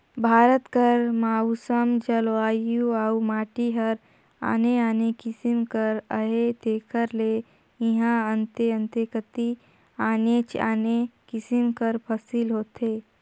भारत कर मउसम, जलवायु अउ माटी हर आने आने किसिम कर अहे तेकर ले इहां अन्ते अन्ते कती आनेच आने किसिम कर फसिल होथे